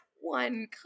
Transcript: one